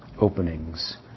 openings